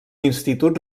institut